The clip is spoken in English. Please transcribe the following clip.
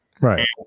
right